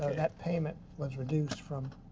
that payment was reduced from